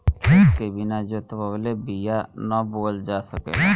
खेत के बिना जोतवले बिया ना बोअल जा सकेला